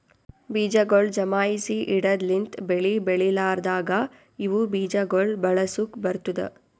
ಬೀಜಗೊಳ್ ಜಮಾಯಿಸಿ ಇಡದ್ ಲಿಂತ್ ಬೆಳಿ ಬೆಳಿಲಾರ್ದಾಗ ಇವು ಬೀಜ ಗೊಳ್ ಬಳಸುಕ್ ಬರ್ತ್ತುದ